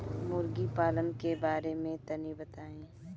मुर्गी पालन के बारे में तनी बताई?